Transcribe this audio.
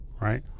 right